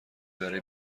برای